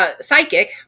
psychic